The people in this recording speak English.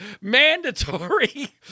mandatory